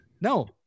No